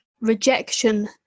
rejection